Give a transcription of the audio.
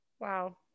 Wow